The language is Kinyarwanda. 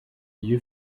iyo